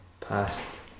past